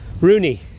Rooney